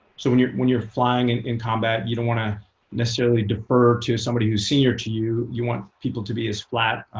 so when you're when you're flying and in combat, you don't want to necessarily defer to somebody who's senior to you. you want people to be as flat,